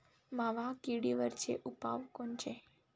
मावा किडीवरचे उपाव कोनचे?